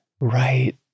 Right